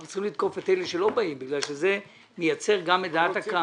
אנחנו צריכים לתקוף את אלה שלא באים לכאן כי זה גם מייצר את דעת הקהל.